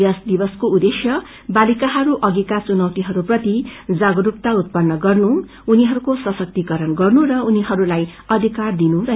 यस दिवसको उद्देश्य बालिकाहरू अघिका चुनौतीहरूप्रति जागरूकता उतपन्न गर्नु उनीहरूको सशक्तिकरण र उनीहरूलाई अधिकार दिनु हो